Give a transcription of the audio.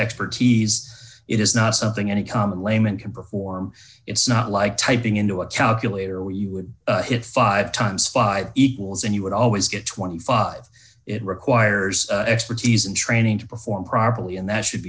expertise it is not something any common layman can perform it's not like typing into a calculator where you would hit five times five equals and you would always get twenty five it requires expertise and training to perform properly and that should